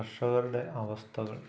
കർഷകരുടെ അവസ്ഥകൾ